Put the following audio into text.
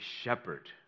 shepherd